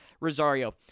Rosario